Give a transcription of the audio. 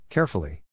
Carefully